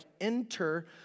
enter